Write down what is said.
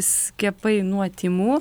skiepai nuo tymų